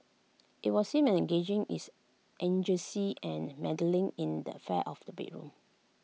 IT was seen as engaging is eugenics and meddling in the affairs of the bedroom